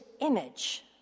image